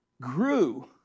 grew